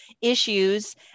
issues